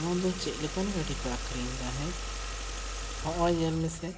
ᱱᱚᱣᱟ ᱫᱚ ᱪᱮᱫ ᱞᱮᱠᱟᱱ ᱜᱟᱹᱰᱤ ᱯᱮ ᱟᱠᱷᱨᱤᱧ ᱮᱫᱟ ᱦᱮᱸ ᱱᱚᱜᱼᱚᱭ ᱧᱮᱞ ᱢᱮᱥᱮ